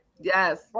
Yes